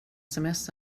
sms